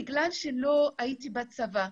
- לא הייתי בצבא,